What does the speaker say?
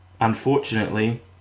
unfortunately